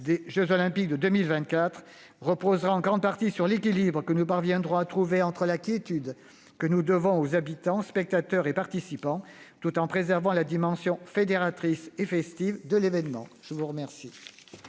des jeux Olympiques de Paris 2024 reposera en grande partie sur l'équilibre que nous parviendrons à trouver entre la quiétude que nous devons aux habitants, spectateurs et participants et le souci de préserver la dimension fédératrice et festive de l'événement. La discussion